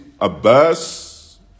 Abbas